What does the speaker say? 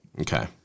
Okay